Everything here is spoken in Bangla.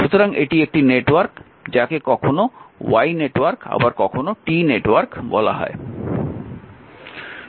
সুতরাং এটি একটি নেটওয়ার্ক যাকে কখনও Y নেটওয়ার্ক আবার কখনও কখনও T নেটওয়ার্ক বলা হয়